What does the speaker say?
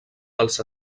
als